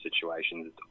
situations